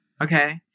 Okay